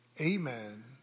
amen